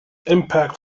impact